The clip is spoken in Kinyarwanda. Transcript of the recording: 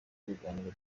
ibiganiro